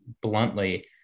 bluntly